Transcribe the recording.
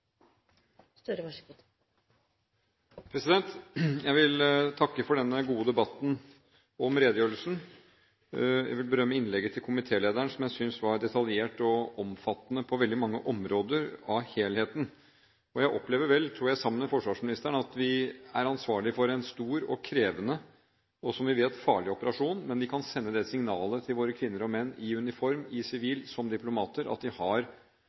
Jeg vil takke for denne gode debatten om redegjørelsen. Jeg vil berømme innlegget til komitélederen som jeg synes var detaljert og omfattende på veldig mange områder av helheten. Jeg opplever vel, sammen med forsvarsministeren, at vi er ansvarlig for en stor og krevende – og, som vi vet, farlig – operasjon, men vi kan sende det signalet til våre kvinner og menn i uniform, i sivil og som diplomater at de har